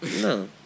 No